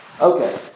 Okay